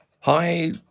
Hi